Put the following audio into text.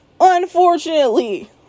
Unfortunately